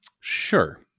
Sure